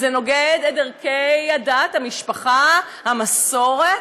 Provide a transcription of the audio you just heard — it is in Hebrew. שזה נוגד את ערכי הדת, המשפחה, המסורת?